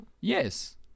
Yes